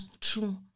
True